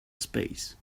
space